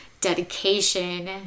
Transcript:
dedication